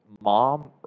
mom